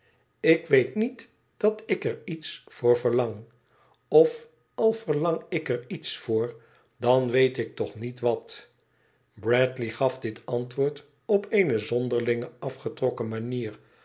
ik weet niet dat ik er iets voor verlang of al verlang ik er iets voor dan weet ik toch niet wat bradley gafdit antwoord op eene zonderlinge afgetrokken manier